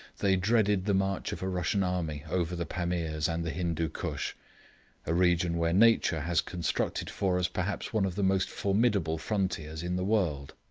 they dreaded the march of a russian army over the pamirs and the hindoo koosh a region where nature has constructed for us perhaps one of the most formidable frontiers in the world.